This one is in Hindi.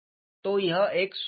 तो यह एक सुविधा है